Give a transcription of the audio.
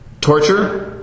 torture